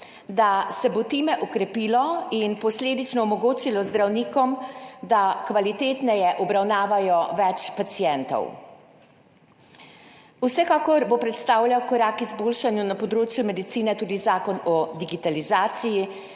da se bo time okrepilo in posledično omogočilo zdravnikom, da kvalitetnejše obravnavajo več pacientov. Vsekakor bo predstavljal korak k izboljšanju na področju medicine tudi Zakon o digitalizaciji,